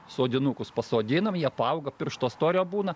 sodinukus pasodinam jį paauga piršto storio būna